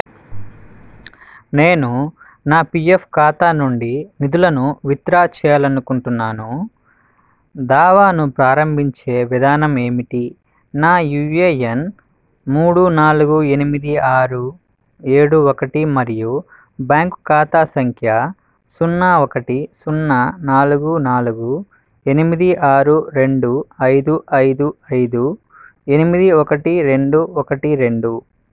నేను నా పీఎఫ్ ఖాతా నుండి నిధులను విత్డ్రా చేయాలనుకుంటున్నాను దావాను ప్రారంభించే విధానం ఏమిటి నా యూఏఎన్ మూడు నాలుగు ఎనిమిది ఆరు ఏడు ఒకటి మరియు బ్యాంకు ఖాతా సంఖ్య సున్నా ఒకటి సున్నా నాలుగు నాలుగు ఎనిమిది ఆరు రెండు ఐదు ఐదు ఐదు ఎనిమిది ఒకటి రెండు ఒకటి రెండు